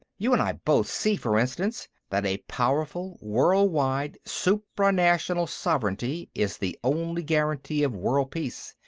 you and i both see, for instance, that a powerful world-wide supra-national sovereignty is the only guarantee of world peace.